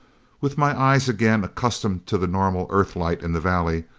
with my eyes again accustomed to the normal earthlight in the valley,